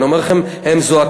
אני אומר לכם: הם זועקים.